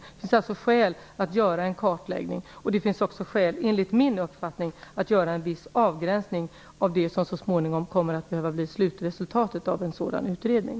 Det finns alltså skäl att göra en kartläggning. Enligt min uppfattning finns det dessutom skäl att göra en viss avgränsning av det som så småningom kommer att bli slutresultatet av en sådan här utredning.